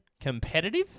competitive